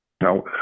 Now